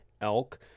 elk